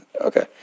Okay